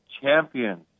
champions